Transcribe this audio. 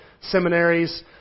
seminaries